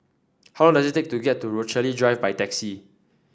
how long does it take to get to Rochalie Drive by taxi